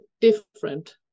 different